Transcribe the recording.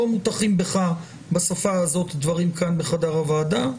לא מוטחים בשפה הזאת דברים כאן בחדר הוועדה.